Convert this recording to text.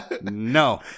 No